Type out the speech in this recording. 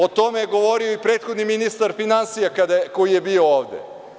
O tome je govorio i prethodni ministar finansija koji je bio ovde.